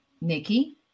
Nikki